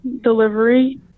delivery